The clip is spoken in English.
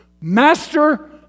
master